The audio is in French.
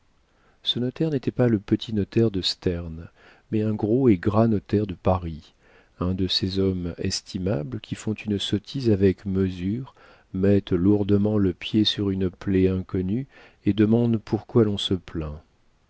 ce notaire n'était pas le petit notaire de sterne mais un gros et gras notaire de paris un de ces hommes estimables qui font une sottise avec mesure mettent lourdement le pied sur une plaie inconnue et demandent pourquoi l'on se plaint